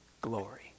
glory